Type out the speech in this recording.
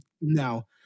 no